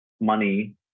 Money